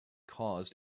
caused